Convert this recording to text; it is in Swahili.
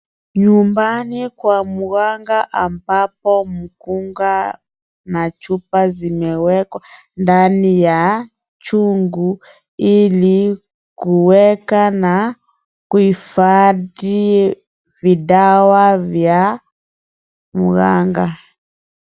Nyumbani kwa mganga ambapo mkunga na chupa zimewekwa ndani ya chungu ili kuweka na kuhifadhi vidawa vya mganga.